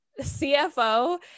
CFO